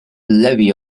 levy